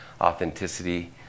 authenticity